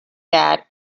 that